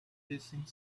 hissing